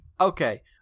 Okay